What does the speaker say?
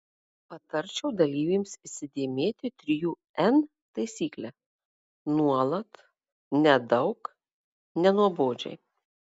patarčiau dalyvėms įsidėmėti trijų n taisyklę nuolat nedaug nenuobodžiai